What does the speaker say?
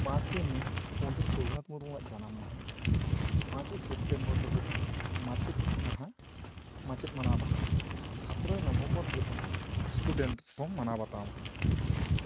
ᱯᱟᱸᱪᱮᱭ ᱢᱮ ᱫᱚ ᱦᱩᱭᱩᱜ ᱠᱟᱱᱟ ᱯᱚᱱᱰᱤᱛ ᱨᱟᱹᱜᱷᱩᱱᱟᱛᱷ ᱢᱩᱨᱢᱩᱣᱟᱜ ᱡᱟᱱᱟᱢ ᱢᱟᱦᱟ ᱯᱟᱸᱪᱮᱭ ᱥᱮᱯᱴᱮᱢᱵᱚᱨ ᱫᱚ ᱦᱩᱭᱩᱜ ᱠᱟᱱᱟ ᱢᱟᱪᱮᱫ ᱢᱟᱦᱟ ᱢᱟᱪᱮᱫ ᱢᱟᱱᱟᱣ ᱢᱟᱦᱟ ᱥᱟᱛᱨᱭ ᱱᱚᱵᱷᱮᱢᱵᱚᱨ ᱫᱚ ᱦᱩᱭᱩᱜ ᱠᱟᱱᱟ ᱤᱥᱴᱩᱰᱮᱱᱴ ᱠᱚ ᱢᱟᱱᱟᱣ ᱵᱟᱛᱟᱣ ᱢᱟᱦᱟ